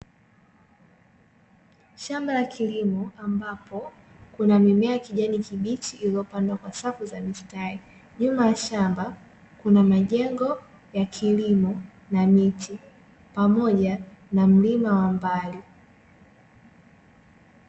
Shamba la kilimo, ambapo kuna mimea ya kijani kibichi iliyopandwa kwa safu za mistari. Nyuma ya shamba kuna majengo ya kilimo na miti pamoja na mlima wa mbali.